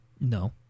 No